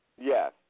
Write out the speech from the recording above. Yes